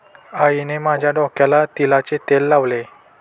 आईने माझ्या डोक्याला तिळाचे तेल लावले